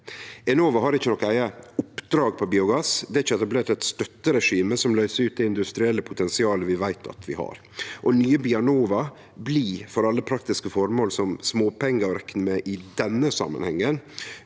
Enova har ikkje noko eige «oppdrag» på biogass. Det er ikkje etablert eit støtteregime som løyser ut det industrielle potensialet vi veit at vi har. Nye Bionova blir for alle praktiske formål som småpengar å rekne med i denne samanhengen,